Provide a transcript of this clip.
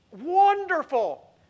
Wonderful